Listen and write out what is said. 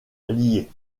liée